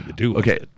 Okay